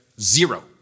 zero